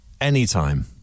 Anytime